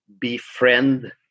befriend